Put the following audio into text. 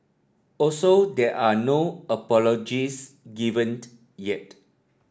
also there are no apologies yet